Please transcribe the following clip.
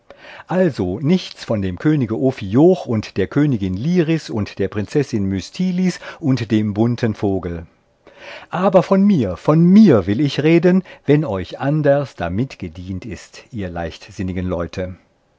also nichts von dem könige ophioch und der königin liris und der prinzessin mystilis und dem bunten vogel aber von mir von mir will ich reden wenn euch anders damit gedient ist ihr leichtsinnigen leute